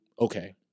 okay